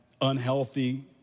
unhealthy